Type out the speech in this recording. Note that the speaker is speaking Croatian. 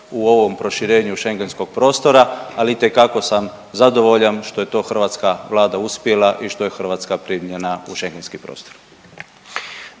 u ovom proširenju schengentskog prostora, ali itekako sam zadovoljan što je to hrvatska Vlada uspjela i što je Hrvatska primljena u schengentski prostor.